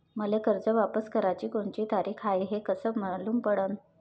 मले कर्ज वापस कराची कोनची तारीख हाय हे कस मालूम पडनं?